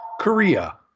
korea